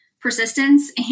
persistence